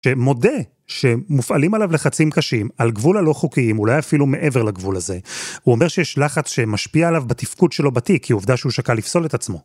שמודה שמופעלים עליו לחצים קשים על גבול הלא חוקיים, אולי אפילו מעבר לגבול הזה. הוא אומר שיש לחץ שמשפיע עליו בתפקוד שלו בתיק, כי עובדה שהוא שקל לפסול את עצמו.